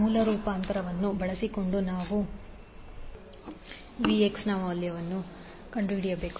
ಮೂಲ ರೂಪಾಂತರವನ್ನು ಬಳಸಿಕೊಂಡು ನಾವು Vx ನ ಮೌಲ್ಯವನ್ನು ಕಂಡುಹಿಡಿಯಬೇಕು